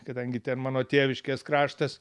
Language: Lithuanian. kadangi ten mano tėviškės kraštas